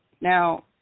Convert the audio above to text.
now